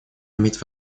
иметь